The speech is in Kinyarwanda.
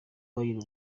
wine